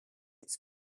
its